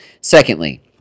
Secondly